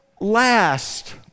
last